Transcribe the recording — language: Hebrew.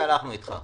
והלכנו איתך.